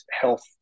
health